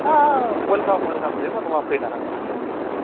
welcome welcome जेबो नङा फैनो हागोन नोंथांमोना